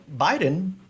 Biden